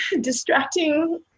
distracting